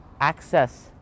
access